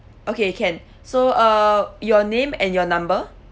okay can so uh your name and your number